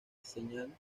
señal